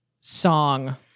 song